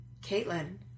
Caitlin